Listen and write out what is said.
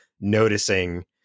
noticing